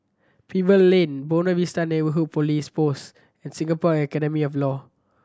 Pebble Lane Buona Vista Neighbourhood Police Post and Singapore Academy of Law